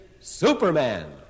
Superman